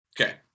Okay